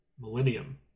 Millennium